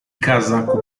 casaco